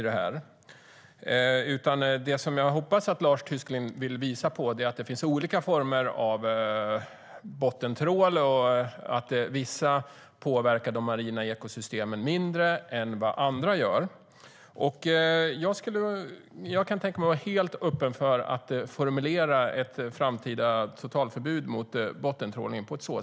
Det jag hoppas att Lars Tysklind vill visa på är att det finns olika former av bottentrålar och att vissa påverkar de marina ekosystemen mindre än vad andra gör. Jag kan tänka mig att vara helt öppen för att formulera ett framtida totalförbud mot bottentrålning.